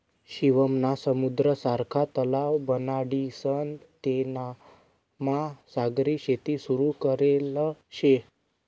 शिवम नी समुद्र सारखा तलाव बनाडीसन तेनामा सागरी शेती सुरू करेल शे